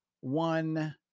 one